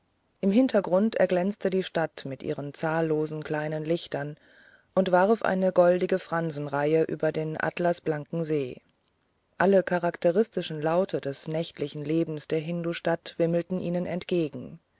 im hintergrund erglänzte die stadt mit ihren zahllosen kleinen lichtern und warf eine goldige fransenreihe über den atlasblanken see alle charakteristischen laute des nächtlichen lebens der hindustadt wimmelten ihnen entgegen